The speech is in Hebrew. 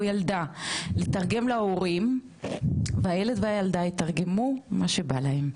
או ילדה לתרגם להורים והילד והילדה יתרגמו מה שבא להם.